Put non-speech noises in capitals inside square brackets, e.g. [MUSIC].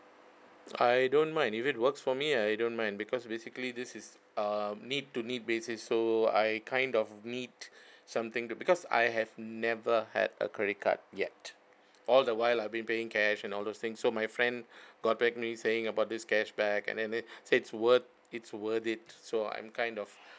I don't mind if it works for me I don't mind because basically this is err need to need basis so I kind of need something to because I have never had a credit card yet all the while I've been paying cash and all those thing so my friend [BREATH] got back me saying about this cashback and then they say it's worth it's worth it so I'm kind of